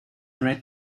red